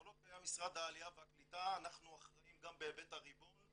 כל עוד קיים משרד העלייה והקליטה אנחנו אחראים גם בהיבט הריבון,